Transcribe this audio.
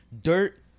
Dirt